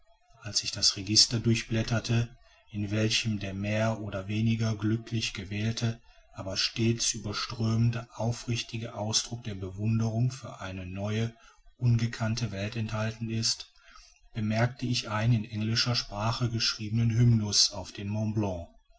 als ich dies register durchblätterte in welchem der mehr oder weniger glücklich gewählte aber stets überströmend aufrichtige ausdruck der bewunderung für eine neue ungekannte welt enthalten ist bemerkte ich einen in englischer sprache geschriebenen hymnus auf den mont blanc